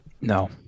No